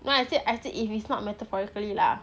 no I said I said if it's not metaphorically lah